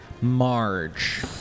Marge